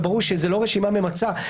וברור שזאת לא רשימה ממצה.